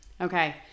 Okay